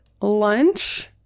lunch